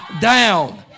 down